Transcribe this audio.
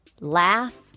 laugh